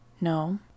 No